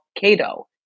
Cato